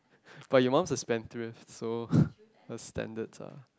but your mum's a spendthrift so her standards are